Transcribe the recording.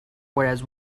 whereas